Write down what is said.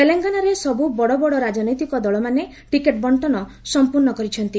ତେଲଙ୍ଗାନାରେ ସବ୍ ବଡ଼ ବଡ଼ ରାଜନୈତିକ ଦଳମାନେ ଟିକେଟ୍ ବଣ୍ଟନ ସମ୍ପର୍ଣ୍ଣ କରିଛନ୍ତି